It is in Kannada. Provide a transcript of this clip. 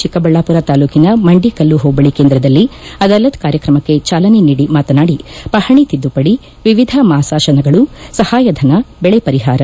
ಚಿಕ್ಕಬಳ್ಳಾಪುರ ತಾಲೂಕಿನ ಮಂಡಿಕಲ್ಲ ಹೋಬಳಿ ಕೇಂದ್ರದಲ್ಲಿ ಅದಾಲತ್ ಕಾರ್ಯಕ್ರಮಕ್ಷಿ ಚಾಲನೆ ನೀಡಿ ಮಾತನಾಡಿ ಪಪಣಿ ತಿದ್ದುಪಡಿ ವಿವಿಧ ಮಾತಾಸನಗಳು ಸಹಾಯಧನ ಬೆಳೆ ಪರಿಹಾರ